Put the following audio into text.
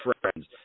friends